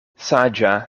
saĝa